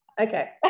Okay